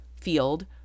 field